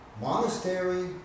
monastery